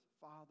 Father